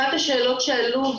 אחת השאלות שעלו,